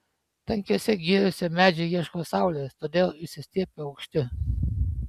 tankiose giriose medžiai ieško saulės todėl išsistiebia aukšti